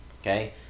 Okay